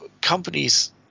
companies